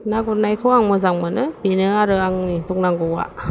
ना गुरनायखौ आं मोजां मोनो बेनो आरो आंनि बुंनांगौआ